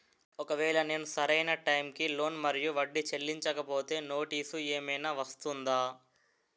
ఒకవేళ నేను సరి అయినా టైం కి లోన్ మరియు వడ్డీ చెల్లించకపోతే నోటీసు ఏమైనా వస్తుందా?